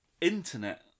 Internet